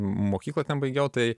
mokyklą ten baigiau tai